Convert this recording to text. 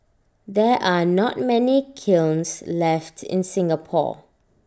there are not many kilns left in Singapore